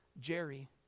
Jerry